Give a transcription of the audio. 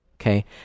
Okay